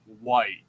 white